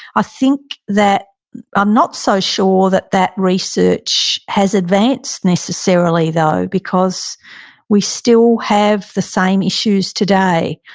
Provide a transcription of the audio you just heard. i think that i'm not so sure that that research has advanced necessarily though because we still have the same issues today.